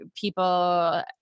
people –